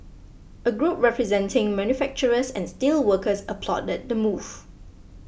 a group representing manufacturers and steelworkers applauded the move